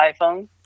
iPhone